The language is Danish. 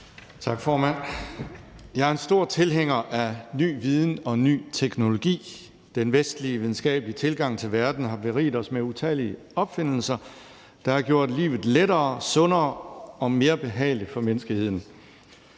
Tak, formand. Jeg er en stor tilhænger af ny viden og ny teknologi. Den vestlige videnskabelige tilgang til verden har beriget os med utallige opfindelser, der har gjort livet lettere, sundere og mere behageligt for menneskeheden.